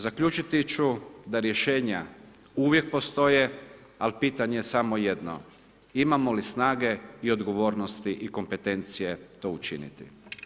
Zaključiti ću da rješenja uvijek postoje ali pitanje je samo jedno: Imamo li snage i odgovornosti i kompetencije to učiniti?